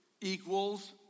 equals